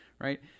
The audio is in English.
right